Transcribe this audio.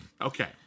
Okay